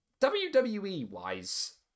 WWE-wise